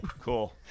Cool